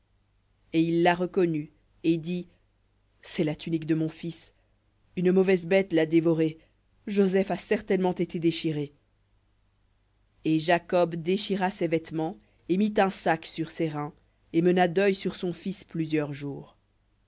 et il la reconnut et dit c'est la tunique de mon fils une mauvaise bête l'a dévoré joseph a certainement été déchiré et jacob déchira ses vêtements et mit un sac sur ses reins et mena deuil sur son fils plusieurs jours